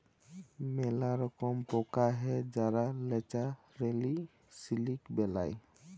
ম্যালা রকম পকা হ্যয় যারা ল্যাচারেলি সিলিক বেলায়